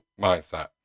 mindset